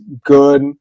good